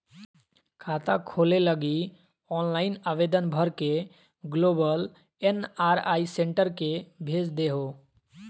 खाता खोले लगी ऑनलाइन आवेदन भर के ग्लोबल एन.आर.आई सेंटर के भेज देहो